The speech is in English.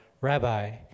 Rabbi